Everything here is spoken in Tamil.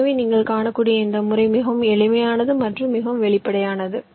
எனவே நீங்கள் காணக்கூடிய இந்த முறை மிகவும் எளிமையானது மற்றும் மிகவும் வெளிப்படையானது